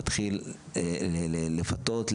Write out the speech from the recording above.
להתחיל לפתות,